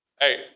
Hey